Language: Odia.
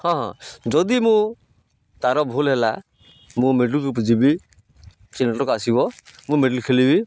ହଁ ହଁ ଯଦି ମୁଁ ତା'ର ଭୁଲ୍ ହେଲା ମୁଁ ମିଡ଼ିଲ୍କୁ ଯିବି ଆସିବ ମୁଁ ମିଡ଼ିଲ୍ ଖେଳିବି